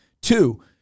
Two